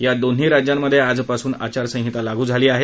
या दोन्ही राज्यांमधे आजपासून आचारसंहिता लागू झाली आहे